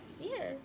Yes